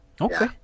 okay